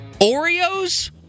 Oreos